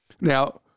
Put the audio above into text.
Now